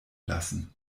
lassen